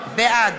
בעד